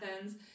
Athens